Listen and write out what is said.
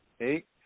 Eight